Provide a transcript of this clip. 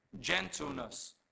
Gentleness